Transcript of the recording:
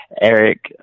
Eric